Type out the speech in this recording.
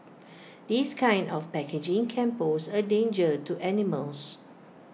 this kind of packaging can pose A danger to animals